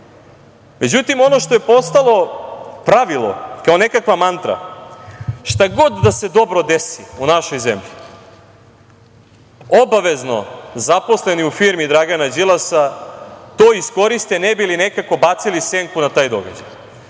živi.Međutim, ono što je postalo pravilo kao nekakva mantra – šta god da se dobro desi u našoj zemlji obavezno zaposleni u firmi Dragana Đilasa to iskoriste ne bi li nekako bacili senku na taj događaj.